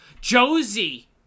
Josie